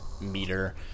meter